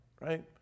Right